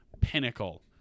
pinnacle